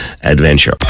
Adventure